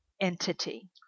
entity